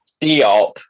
Diop